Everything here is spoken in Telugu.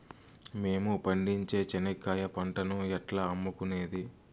మేము పండించే చెనక్కాయ పంటను ఎట్లా అమ్ముకునేది?